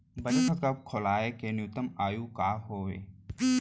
बचत खाता खोलवाय के न्यूनतम आयु का हवे?